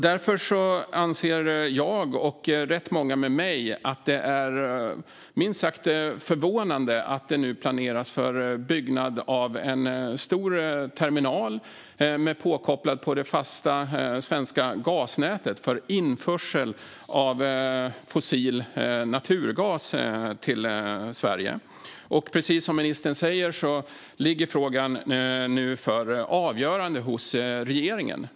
Därför anser jag och rätt många med mig att det är minst sagt förvånande att det nu planeras för byggnad av en stor terminal som ska kopplas till det fasta svenska gasnätet för införsel av fossil naturgas till Sverige. Precis som ministern säger ligger frågan nu för avgörande hos regeringen.